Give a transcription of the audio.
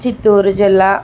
చిత్తూరు జిల్లా